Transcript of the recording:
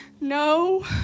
no